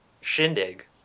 Shindig